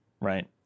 right